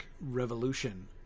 revolution